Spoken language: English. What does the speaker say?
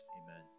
Amen